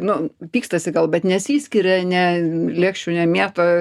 nu pykstasi bet nesiskiria ne lėkščių nemėto